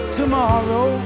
tomorrow